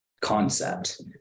concept